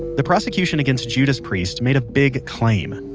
the prosecution against judas priest made a big claim.